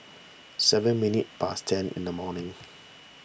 seven minutes past ten in the morning